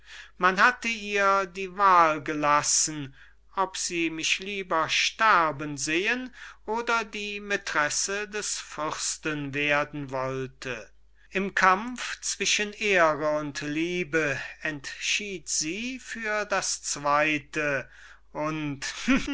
man hatte ihr die wahl gelassen ob sie mich lieber sterben sehen oder die mätresse des fürsten werden wollte im kampf zwischen ehre und liebe entschied sie für das zweyte und